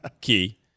Key